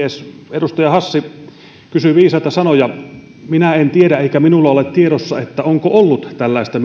edustaja hassi kysyi viisaita asioita minä en tiedä eikä minulla ole tiedossa onko ollut tällaista